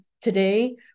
today